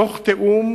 תוך תיאום